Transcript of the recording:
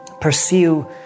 pursue